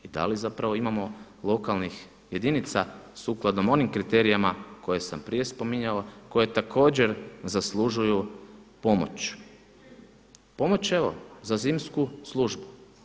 I da li zapravo imamo lokalnih jedinica sukladno onim kriterijima koje sam prije spominjao koje također zaslužuju pomoć, pomoć evo za zimsku službu.